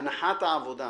הנחת העבודה